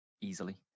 easily